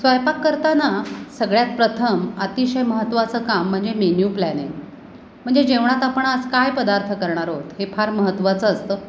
स्वयंपाक करताना सगळ्यात प्रथम अतिशय महत्त्वाचं काम म्हणजे मेन्यू प्लॅनिंग म्हणजे जेवणात आपण आज काय पदार्थ करणार आहोत हे फार महत्त्वाचं असतं